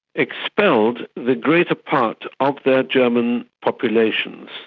expelled the greater part of their german populations.